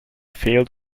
failed